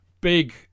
big